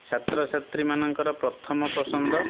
ଛାତ୍ର ଛାତ୍ରୀ ମାନଙ୍କର ପ୍ରଥମ ପସନ୍ଦ